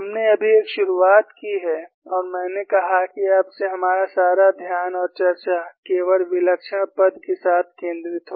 हमने अभी एक शुरुआत की है और मैंने कहा है कि अब से हमारा सारा ध्यान और चर्चा केवल विलक्षण पद के साथ केंद्रित होगा